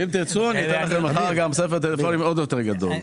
אם אתם רוצים אתן לכם מחר גם ספר טלפונים עוד יותר גדול,